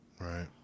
Right